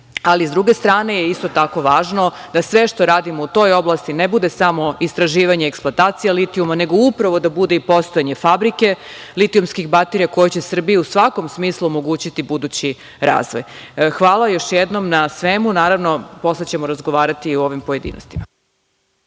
Ali s druge strane je isto tako važno da sve što radimo u toj oblasti ne bude samo istraživanje i eksploatacija litijuma, nego upravo da bude i postojanje fabrike litijumskih baterija koja će Srbiji u svakom smislu omogućiti budući razvoj. Hvala još jednom na svemu. Naravno, posle ćemo razgovarati i u pojedinostima.